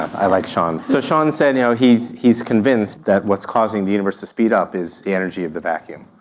i like sean. so sean said you know he is convinced that what is causing the universe to speed up is the energy of the vacuum.